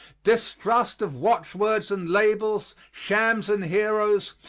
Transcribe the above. distrust of watchwords and labels, shams and heroes,